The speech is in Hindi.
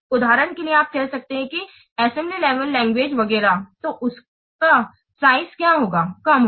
उदाहरण के लिए आप कहते हैं कि असेंबली लेवल लैंग्वेज वगैरह तो उनका साइज क्या होगा यह कम होगा